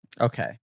Okay